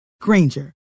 Granger